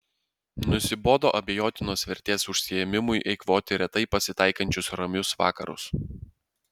nusibodo abejotinos vertės užsiėmimui eikvoti retai pasitaikančius ramius vakarus